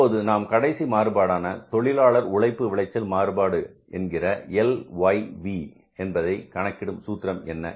இப்போது நாம் கடைசி மாறுபாடான தொழிலாளர் உழைப்பு விளைச்சல் மாறுபாடு என்கிற LYV என்பதை கணக்கிடும் சூத்திரம் என்ன